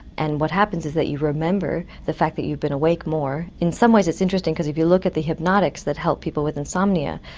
and what happens is that you remember the fact that you have been awake more. in some ways it's interesting because if you look at the hypnotics that help people with insomnia,